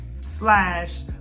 slash